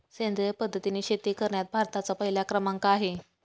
सेंद्रिय पद्धतीने शेती करण्यात भारताचा पहिला क्रमांक आहे